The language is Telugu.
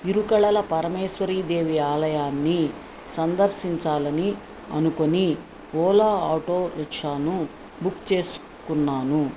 ఇరుకల పరమేశ్వరీదేవి ఆలయాన్ని సందర్శించాలని అనుకొని ఓలా ఆటో రిక్షాను బుక్ చేసుకున్నాను